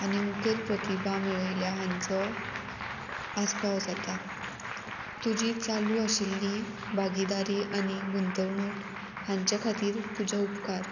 आनी मुखेल प्रतिभा मेळयल्या हांचो आस्पाव जाता तुजी चालू आशिल्ली बागीदारी आनी गुंतवणूक हांचे खातीर तुजे उपकार